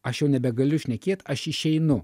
aš jau nebegaliu šnekėt aš išeinu